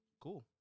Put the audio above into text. cool